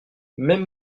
mêmes